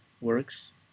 works